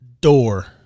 door